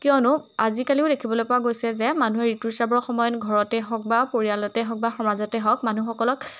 কিয়নো আজিকালিও দেখিবলৈ পোৱা গৈছে যে মানুহে ঋতুস্ৰাৱৰ সময়ত ঘৰতে হওক বা পৰিয়ালতে হওক বা সমাজতে হওক মানুহসকলক